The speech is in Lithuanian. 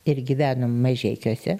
ir gyvenom mažeikiuose